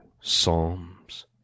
psalm's